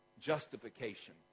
justification